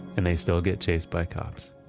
and they still get chased by cops.